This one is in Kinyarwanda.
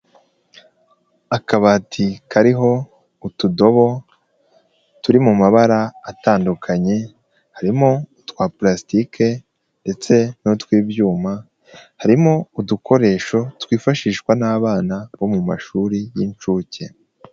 Akabati kariho utudobo turi mu mabara atandukanye, harimo utwa purastike ndetse n'utw'ibyuma, harimo udukoresho twifashishwa n'abana bo mu mashuri y'inshuke.